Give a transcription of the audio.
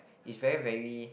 it's very very